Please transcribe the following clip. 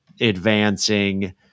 advancing